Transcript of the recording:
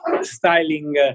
styling